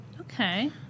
Okay